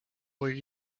would